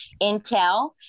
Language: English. Intel